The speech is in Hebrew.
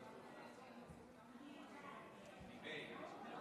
לתקשורת כי היא יודעת שאני הובלתי לזיכוי